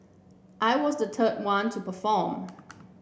I was the third one to perform